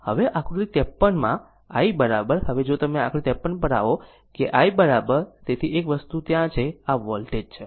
હવે આકૃતિ 53 માં i હવે જો તમે આકૃતિ 53 પર આવો કે i તેથી એક વસ્તુ ત્યાં છે તે આ વોલ્ટેજ છે